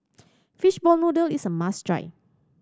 fishball noodle is a must try